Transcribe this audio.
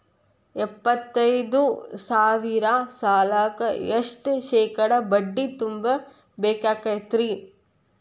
ಎಪ್ಪತ್ತೈದು ಸಾವಿರ ಸಾಲಕ್ಕ ಎಷ್ಟ ಶೇಕಡಾ ಬಡ್ಡಿ ತುಂಬ ಬೇಕಾಕ್ತೈತ್ರಿ?